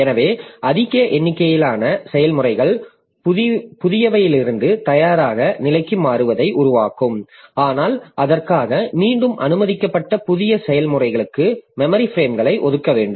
எனவே அதிக எண்ணிக்கையிலான செயல்முறைகள் புதியவையிலிருந்து தயாராக நிலைக்கு மாறுவதை உருவாக்கும் ஆனால் அதற்காக மீண்டும் அனுமதிக்கப்பட்ட புதிய செயல்முறைகளுக்கு மெமரி பிரேம்களை ஒதுக்க வேண்டும்